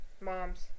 moms